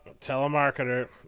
telemarketer